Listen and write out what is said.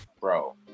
bro